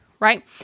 Right